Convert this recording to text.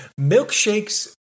Milkshakes